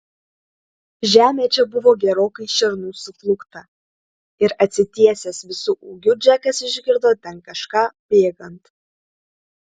žemė čia buvo gerokai šernų suplūkta ir atsitiesęs visu ūgiu džekas išgirdo ten kažką bėgant